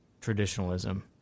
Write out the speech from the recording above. traditionalism